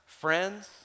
friends